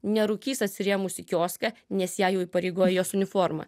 nerūkys atsirėmusi į kioską nes ją jau įpareigoja jos uniforma